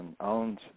owns